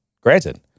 granted